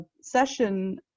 session